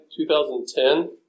2010